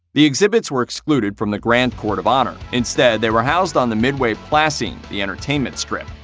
the exhibits were excluded from the grand court of honor. instead, they were housed on the midway plaisance, the entertainment strip.